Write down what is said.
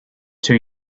too